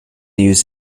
used